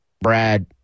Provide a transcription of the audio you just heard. Brad